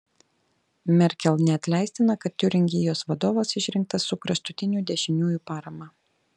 merkel neatleistina kad tiuringijos vadovas išrinktas su kraštutinių dešiniųjų parama